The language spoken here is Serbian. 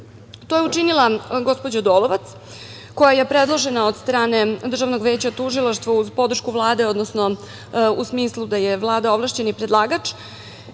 To je učinila gospođa Dolovac, koja je predložena od strane Državnog veća tužilaštva uz podršku Vlade, odnosno u smislu da je Vlada ovlašćeni predlagač. Onda